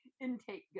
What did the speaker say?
intake